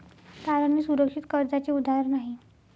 तारण हे सुरक्षित कर्जाचे उदाहरण आहे